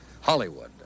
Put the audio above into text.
Hollywood